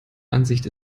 ansicht